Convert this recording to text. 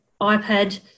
iPad